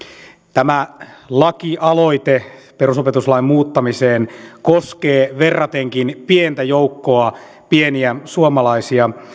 tämä lakialoite perusopetuslain muuttamisesta koskee verratenkin pientä joukkoa pieniä suomalaisia